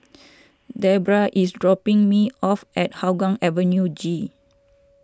Debra is dropping me off at Hougang Avenue G